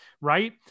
right